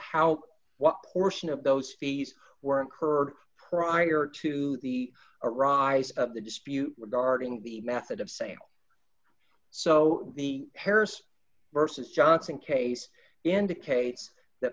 how what portion of those fees were incurred prior to the arise of the dispute regarding the method of sale so the harris versus johnson case indicates th